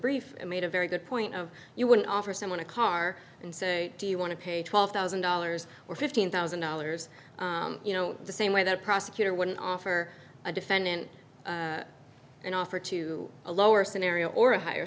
brief made a very good point of you wouldn't offer someone a car and say do you want to pay twelve thousand dollars or fifteen thousand dollars you know the same way that a prosecutor wouldn't offer a defendant an offer to a lower scenario or a higher